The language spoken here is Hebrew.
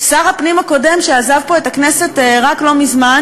שר הפנים הקודם שעזב פה את הכנסת רק לא מזמן